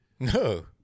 No